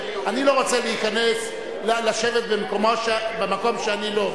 אני לא רוצה להיכנס לשבת במקום שאני לא,